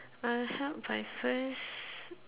I'll help by first